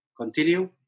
continue